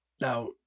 now